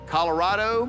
Colorado